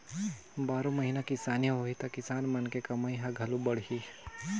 बारो महिना किसानी होही त किसान मन के कमई ह घलो बड़ही